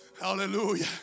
Hallelujah